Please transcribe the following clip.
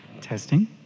Testing